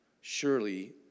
Surely